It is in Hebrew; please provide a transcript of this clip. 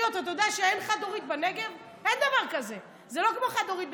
הזנחה, שנים של חוסר טיפול.